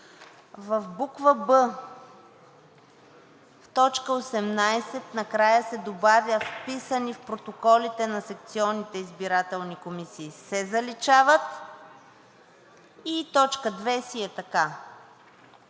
В буква „б“, в т. 18 накрая се добавя „вписани в протоколите на секционните избирателни комисии се заличават“. И т. 2 си е така,